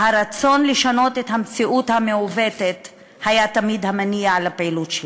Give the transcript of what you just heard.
והרצון לשנות את המציאות המעוותת היה תמיד המניע לפעילות שלי.